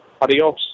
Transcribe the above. Adios